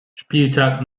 spieltag